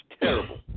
Terrible